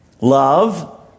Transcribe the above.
love